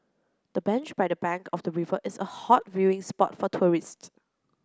the bench by the bank of the river is a hot viewing spot for tourists